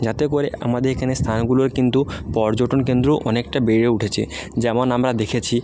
যাতে করে আমাদের এখানে স্থানগুলোর কিন্তু পর্যটন কেন্দ্র অনেকটা বেড়ে উঠেছে যেমন আমরা দেখেছি